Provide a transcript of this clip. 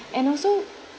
and also